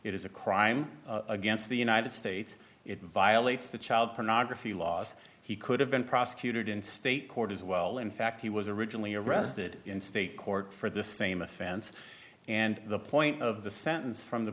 it is a crime against the united states it violates the child pornography laws he could have been prosecuted in state court as well in fact he was originally arrested in state court for the same offense and the point of the sentence from the